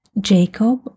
Jacob